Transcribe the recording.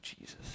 Jesus